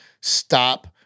Stop